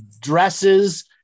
dresses